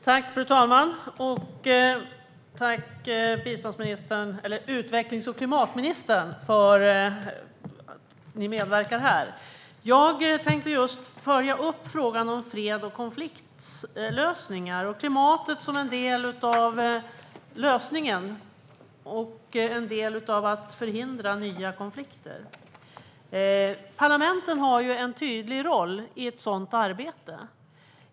Fru talman! Tack, utvecklings och klimatministern, för din medverkan här! Jag vill följa upp frågan om konfliktlösningar och klimatet som en del av lösningen och för att förhindra nya konflikter. Parlamenten har ju en tydlig roll i ett sådant arbete.